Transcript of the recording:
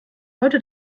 heute